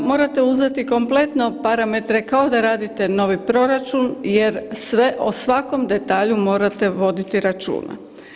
Morate uzeti kompletno parametre kao da radite novi proračun jer sve o svakom detalju morate voditi računa.